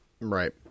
Right